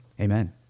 Amen